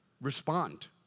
respond